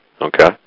okay